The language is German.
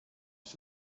ist